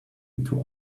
into